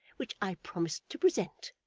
which i promised to present.